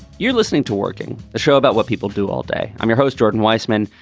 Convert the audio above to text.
you're listening to working the show about what people do all day. i'm your host, jordan weisman,